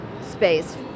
space